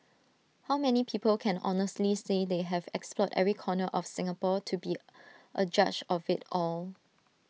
how many people can honestly say they have explored every corner of Singapore to be A judge of IT all